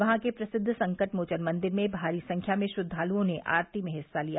वहां के प्रसिद्व संकट मोचन मंदिर में भारी संख्या में श्रद्वालुओं ने आरती में हिस्सा लिया